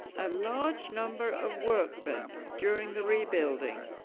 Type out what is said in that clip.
a large number of workmen during the rebuilding